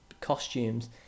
costumes